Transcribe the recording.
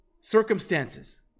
circumstances